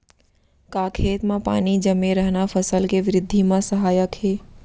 का खेत म पानी जमे रहना फसल के वृद्धि म सहायक हे?